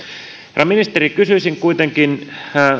herra ministeri kysyisin kuitenkin